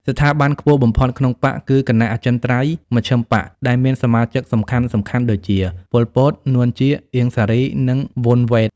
ស្ថាប័នខ្ពស់បំផុតក្នុងបក្សគឺ «គណៈអចិន្ត្រៃយ៍មជ្ឈិមបក្ស» ដែលមានសមាជិកសំខាន់ៗដូចជា ប៉ុល ពត, នួន ជា, អៀង សារី និង វន់ វ៉េត។